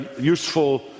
useful